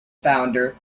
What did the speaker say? founder